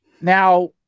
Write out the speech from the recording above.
Now